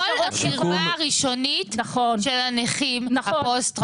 כל הקרבה הראשונית של הנכים הפוסט טראומטיים,